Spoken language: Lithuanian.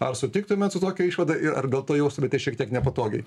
ar sutiktumėt su tokia išvada ir ar dėl to jaustumėtės šiek tiek nepatogiai